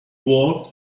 war